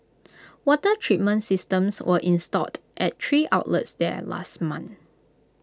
water treatment systems were installed at three outlets there last month